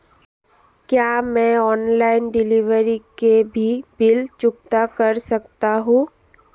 क्या मैं online delivery के भी बिल चुकता कर सकता हूँ?